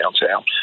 downtown